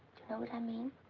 know what i mean?